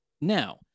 now